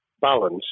balance